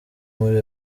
muri